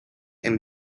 and